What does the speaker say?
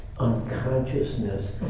unconsciousness